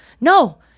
No